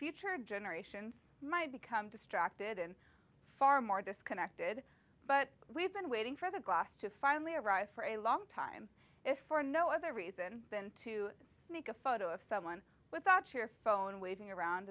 future generations might become distracted and far more disconnected but we've been waiting for the glass to finally arrive for a long time if for no other reason than to make a photo of someone without your phone waving around